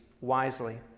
wisely